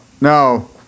no